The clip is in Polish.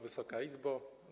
Wysoka Izbo!